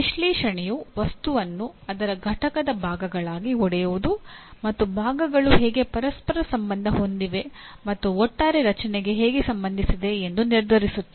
ವಿಶ್ಲೇಷಣೆಯು ವಸ್ತುವನ್ನು ಅದರ ಘಟಕದ ಭಾಗಗಳಾಗಿ ಒಡೆಯುವುದು ಮತ್ತು ಭಾಗಗಳು ಹೇಗೆ ಪರಸ್ಪರ ಸಂಬಂಧ ಹೊಂದಿವೆ ಮತ್ತು ಒಟ್ಟಾರೆ ರಚನೆಗೆ ಹೇಗೆ ಸಂಬಂಧಿಸಿದೆ ಎಂದು ನಿರ್ಧರಿಸುತ್ತದೆ